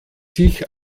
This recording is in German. sich